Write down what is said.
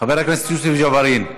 חבר הכנסת יוסף ג'בארין,